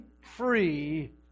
free